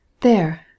There